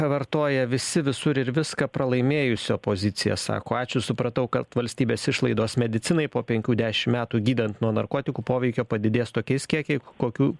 vartoja visi visur ir viską pralaimėjusio poziciją sako ačiū supratau kad valstybės išlaidos medicinai po penkių dešim metų gydant nuo narkotikų poveikio padidės tokiais kiekiai kokių